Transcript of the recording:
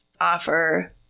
offer